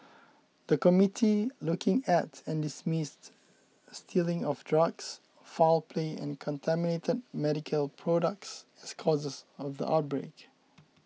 the committee looked at and dismissed stealing of drugs foul play and contaminated medical products as causes of the outbreak